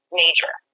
major